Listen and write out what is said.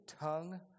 tongue